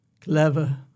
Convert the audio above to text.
Clever